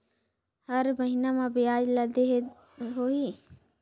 हर महीना मा ब्याज ला देहे होही?